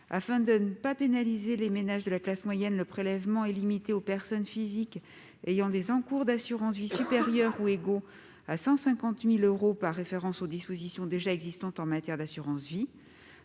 Afin de ne pas pénaliser les ménages de la classe moyenne, le prélèvement est limité aux personnes physiques ayant des encours d'assurance vie supérieurs ou égaux à 150 000 euros, par référence aux dispositions déjà existantes en matière d'assurance vie.